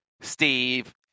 Steve